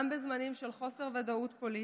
גם בזמנים של חוסר ודאות פוליטי,